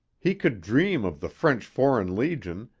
he could dream of the french foreign legion,